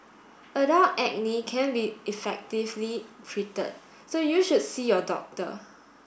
adult acne can be effectively treated so you should see your doctor